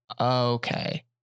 okay